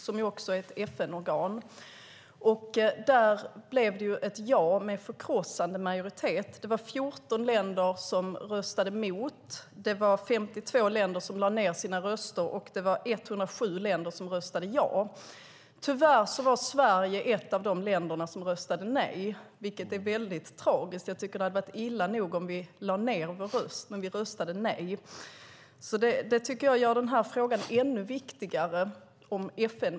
Det är ju också ett FN-organ. Där blev det ja med förkrossande majoritet. Det var 14 länder som röstade nej, 52 länder lade ned sina röster och 107 länder röstade ja. Tyvärr var Sverige ett av de länder som röstade nej, vilket är tragiskt. Jag tycker att det hade varit illa nog om vi hade lagt ned vår röst, men vi röstade nej. Det gör frågan om FN-medlemskapet ännu viktigare.